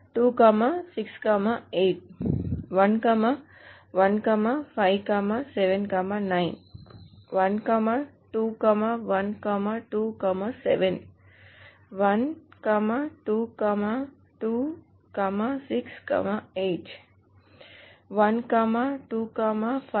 2 6 8 1 1 5 7 9 1 2 1 2 7 1 2 2 6 8 1 2 5 7 9